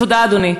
תודה, אדוני.